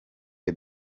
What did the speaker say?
the